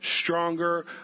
stronger